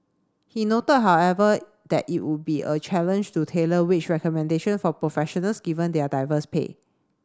he noted however that it would be a challenge to tailor wage recommendation for professionals given their diverse pay